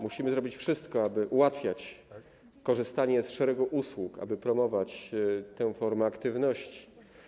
Musimy zrobić wszystko, aby ułatwiać korzystanie z szeregu usług, aby promować tę formę aktywności.